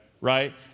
right